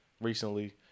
recently